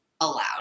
allowed